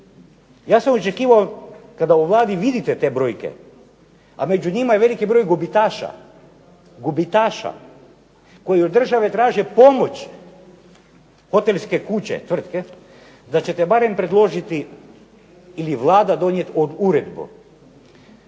Ja sam očekivao kada u Vladi vidite te brojke, a među njima je veliki broj gubitaša, gubitaša koji od države traže pomoć, hotelske kuće, tvrtke, da ćete barem predložiti ili Vlada donijeti uredbu